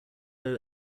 low